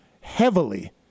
heavily